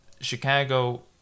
Chicago